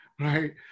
right